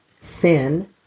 sin